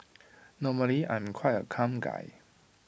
normally I'm quite A calm guy